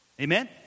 Amen